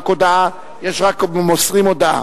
רק מוסרים הודעה.